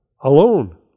alone